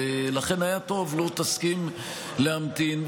ולכן היה טוב אם תסכים להמתין,